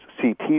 ct